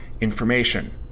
information